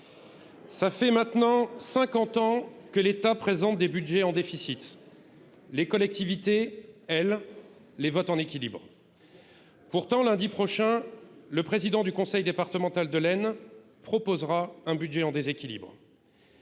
Cela fait maintenant cinquante ans que l’État présente des budgets en déficit. Les collectivités territoriales, elles, les votent en équilibre. C’est la loi ! Pourtant, lundi prochain, le président du conseil départemental de l’Aisne proposera un budget en déséquilibre.